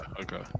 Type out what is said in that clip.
Okay